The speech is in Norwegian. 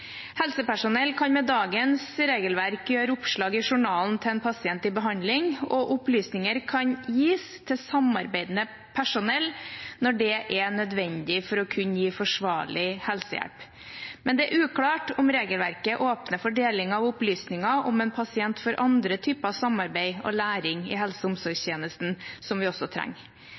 Helsepersonell kan med dagens regelverk gjøre oppslag i journalen til en pasient i behandling, og opplysninger kan gis til samarbeidende personell når det er nødvendig for å kunne gi forsvarlig helsehjelp, men det er uklart om regelverket åpner for deling av opplysninger om en pasient for andre typer samarbeid og læring i helse- og omsorgstjenesten, som vi også trenger.